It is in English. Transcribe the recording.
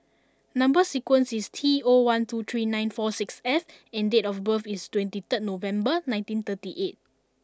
number sequence is T O one two three nine four six F and date of birth is twenty thrid November nineteen thirty eight